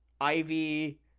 Ivy